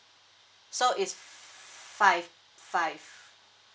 so is f~ five five